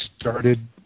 started